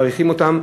מעריכים אותם,